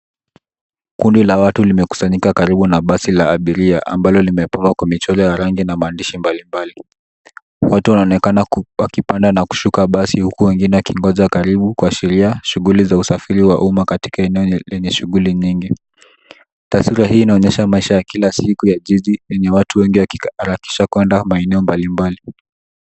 Kundi la watu limekusanyika karibu na basi la abiria, ambalo limepambwa kwa michoro ya rangi, na maandishi mbalimbali. Watu wanaonekana ku, wakipanda na kushuka gari huku wengine wakingoja karibu kuashiria shughuli za usafiri wa umma katika eneo lenye shughuli nyingi. Taswira hii inaonyesha maisha ya kila siku ya jiji, yenye watu wengi wakika, harakisha kwenda eneo mbalimbali.